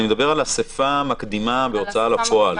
אני מדבר על אספה מקדימה בהוצאה לפועל.